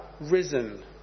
risen